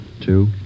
Two